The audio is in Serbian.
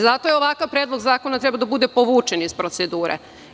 Zato je ovakav predlog zakona trebao da bude povučen iz procedure.